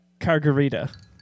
Cargarita